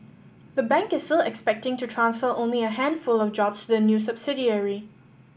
the bank is still expecting to transfer only a handful of jobs to the new subsidiary